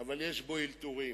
אבל יש בו אלתורים.